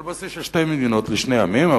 על בסיס של שתי מדינות לשני עמים.